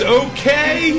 okay